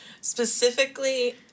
Specifically